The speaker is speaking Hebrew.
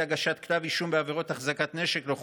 הגשת כתב אישום בעבירות החזקת נשק לא חוקי,